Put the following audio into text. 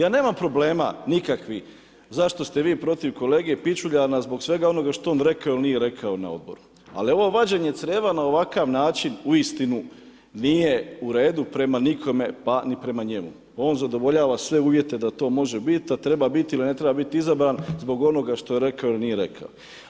Ja nemam problema nikakvih, zašto ste vi protiv kolege Pičuljana zbog svega onoga što je on rekao ili nije rekao na Odboru. ali ovo vađenje crijeva na ovakav način, uistinu nije u redu, prema nikome pa ni prema njemu, on zadovoljava sve uvjete da to može biti, a treba biti ili ne treba biti izabran, zbog onoga što je rekao ili nije rekao.